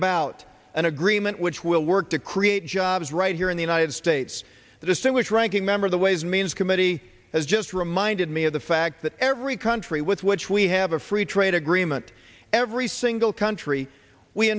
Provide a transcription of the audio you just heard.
about an agreement which will work to create jobs right here in the united states the distinguished ranking member of the ways and means committee has just reminded me of the fact that every country with which we have a free trade agreement every single country we